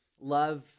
love